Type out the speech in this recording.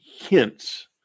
hints